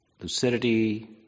lucidity